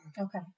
Okay